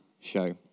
Show